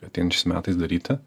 ateinančiais metais daryti